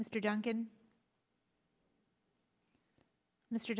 mr duncan mr